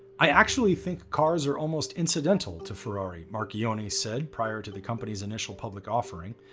i actually think cars are almost incidental to ferrari, marchione said prior to the company's initial public offering.